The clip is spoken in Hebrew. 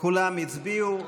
כולם הצביעו.